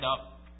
up